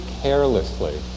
carelessly